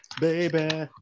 baby